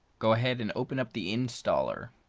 go ahead and open up the installer.